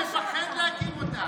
בנט מפחד להקים אותה.